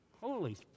Holy